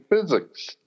physics